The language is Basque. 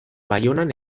baionan